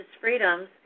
freedoms